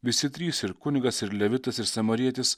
visi trys ir kunigas ir levitas ir samarietis